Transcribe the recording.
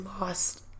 lost